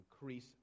increase